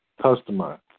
customize